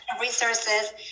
resources